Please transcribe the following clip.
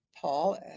Paul